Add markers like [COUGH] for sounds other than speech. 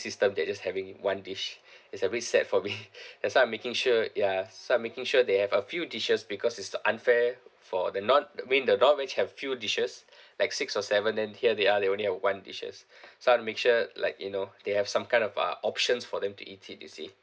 system they're just having one dish [BREATH] it's a bit sad for me [LAUGHS] [BREATH] that's why I'm making sure ya so I'm making sure they have a few dishes because it's unfair for the non I mean the non-veg have few dishes [BREATH] like six or seven and here they are they only have one dishes [BREATH] so I'll make sure like you know they have some kind of uh options for them to eat it you see